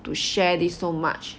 to share this so much